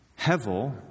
Hevel